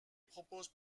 propose